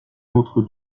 autre